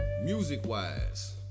music-wise